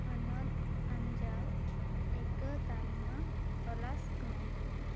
ᱦᱚᱱᱚᱛ ᱟᱧᱡᱟᱣ ᱴᱤᱠᱟ ᱛᱟᱞᱢᱟ ᱛᱚᱞᱟᱥ ᱢᱮ